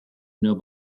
know